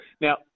Now